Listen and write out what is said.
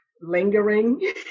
lingering